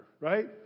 right